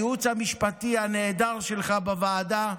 הייעוץ המשפטי הנהדר שלך בוועדה,